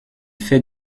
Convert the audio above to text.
faits